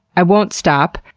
i won't stop.